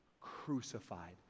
crucified